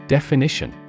Definition